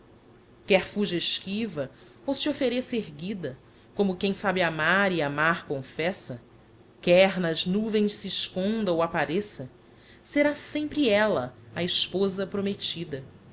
quer fuja esquiva ou se offereça erguida como quem sabe amar e amar confessa quer nas nuvens se esconda ou appareça será sempre ella a esposa promettida